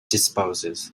disposes